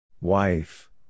Wife